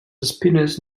espines